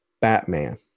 Batman